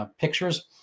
pictures